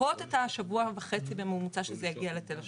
לחכות את השבוע וחצי בממוצע שזה יגיע לתל השומר,